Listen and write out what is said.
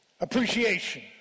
Appreciation